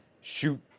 shoot